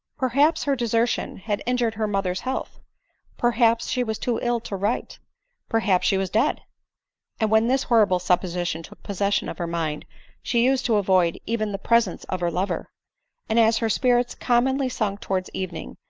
perhaps her desertion had injured her mother's health perhaps she was too ill to write perhaps she was dead and when this horrible supposition took possession of her mind she used to avoid even the presence of her lover and as her spirits com monly sunk towards evening,